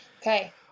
Okay